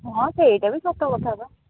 ହଁ ସେଇଟା ବି ସତ କଥା ବା